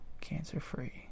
cancer-free